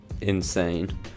insane